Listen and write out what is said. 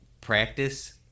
practice